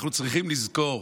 אנחנו צריכים לזכור